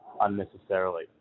unnecessarily